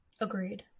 Agreed